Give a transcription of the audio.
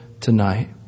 tonight